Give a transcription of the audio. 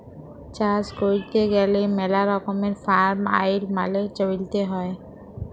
চাষ ক্যইরতে গ্যালে ম্যালা রকমের ফার্ম আইল মালে চ্যইলতে হ্যয়